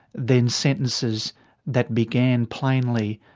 then sentences that began plainly,